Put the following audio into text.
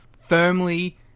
firmly